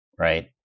Right